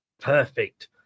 Perfect